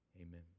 Amen